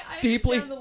Deeply